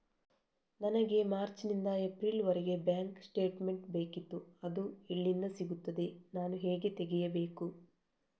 ನನಗೆ ಮಾರ್ಚ್ ನಿಂದ ಏಪ್ರಿಲ್ ವರೆಗೆ ಬ್ಯಾಂಕ್ ಸ್ಟೇಟ್ಮೆಂಟ್ ಬೇಕಿತ್ತು ಅದು ಎಲ್ಲಿಂದ ಸಿಗುತ್ತದೆ ನಾನು ಹೇಗೆ ತೆಗೆಯಬೇಕು?